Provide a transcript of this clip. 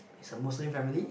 is a Muslim family